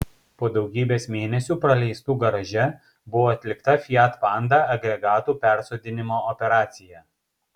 po daugybės mėnesių praleistų garaže buvo atlikta fiat panda agregatų persodinimo operacija